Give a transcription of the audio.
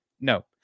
no